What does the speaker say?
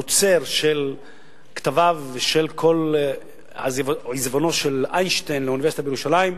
האוצר של כתביו ושל כל עיזבונו של איינשטיין לאוניברסיטה בירושלים,